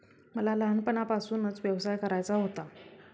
मला लहानपणापासूनच व्यवसाय करायचा होता